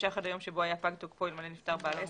כנמשך עד היום שבו היה פג תוקפו אלמלא נפטר בעל העסק,